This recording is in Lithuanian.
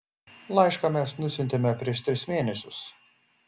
laišką mes nusiuntėme prieš tris mėnesius